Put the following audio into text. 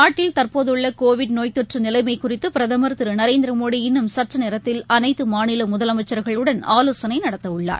நாட்டில் தற்போதுள்ளகோவிட் நோய் தொற்றுநிலைமைகுறித்தபிரதமா் திருநரேந்திரமோடி இன்னும் சற்றநேரத்தில் அனைத்தமாநிலமுதலமைச்சர்களுடன் ஆலோசனைநடத்தஉள்ளார்